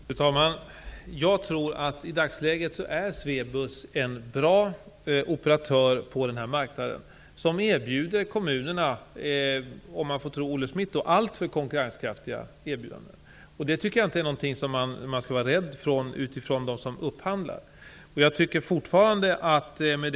Fru talman! Jag tror att Swebus i dagsläget är en bra operatör på marknaden. Om man får tro Olle Schmidt ger Swebus kommunerna alltför konkurrenskraftiga erbjudanden. Det är inte någonting som de som upphandlar skall vara rädda för.